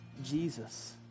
Jesus